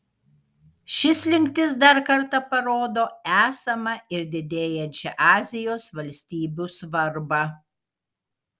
ši slinktis dar kartą parodo esamą ir didėjančią azijos valstybių svarbą